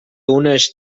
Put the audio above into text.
uneix